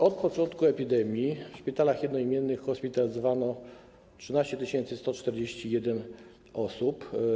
Od początku epidemii w szpitalach jednoimiennych hospitalizowano 13 141 osób.